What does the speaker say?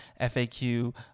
FAQ